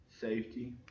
safety